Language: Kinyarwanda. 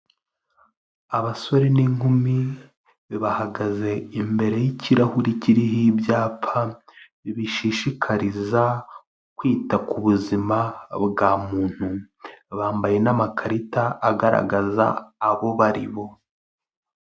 Abasore n'inkumi bahagaze imbere y'ikirahure kiriho ibyapa bishishikariza kwita ku buzima bwa muntu, bambaye n'amakarita agaragaza abo bari bo.